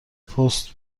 پست